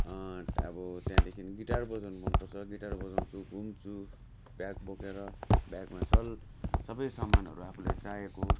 अब त्यहाँदेखि गिटार बजाउनु मनपर्छ गिटार बजाउँछु घुम्छु ब्याग बोकेर ब्यागमा सल सबै सामानहरू आफूई चाहेको